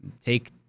take